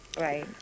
right